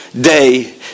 day